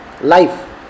life